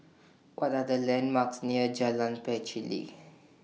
What Are The landmarks near Jalan Pacheli